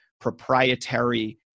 proprietary